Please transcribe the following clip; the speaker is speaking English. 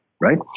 right